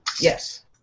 Yes